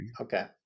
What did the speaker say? Okay